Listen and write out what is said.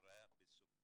חד משמעית.